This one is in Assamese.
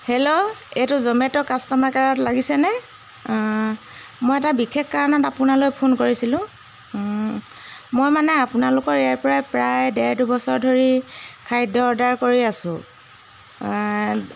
হেল্ল' এইটো জমেট' কাষ্টমাৰ কেয়াৰত লাগিছেনে মই এটা বিশেষ কাৰণত আপোনালৈ ফোন কৰিছিলোঁ মই মানে আপোনালোকৰ ইয়াৰপৰাই প্ৰায় ডেৰ দুবছৰ ধৰি খাদ্য অৰ্ডাৰ কৰি আছোঁ